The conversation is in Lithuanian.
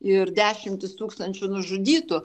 ir dešimtys tūkstančių nužudytų